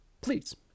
please